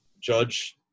Judge